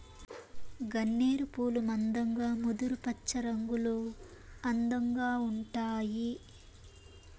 గన్నేరు పూలు మందంగా ముదురు పచ్చరంగులో అందంగా ఉంటాయి